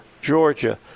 Georgia